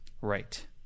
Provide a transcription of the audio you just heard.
right